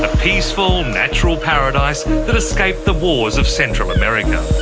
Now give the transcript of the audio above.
ah peaceful and natural paradise that escaped the wars of central america.